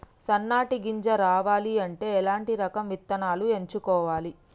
సన్నటి గింజ రావాలి అంటే ఎలాంటి రకం విత్తనాలు ఎంచుకోవాలి?